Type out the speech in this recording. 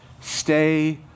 stay